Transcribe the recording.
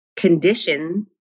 Condition